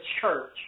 church